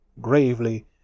gravely